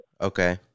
okay